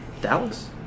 Dallas